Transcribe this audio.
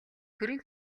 төрийн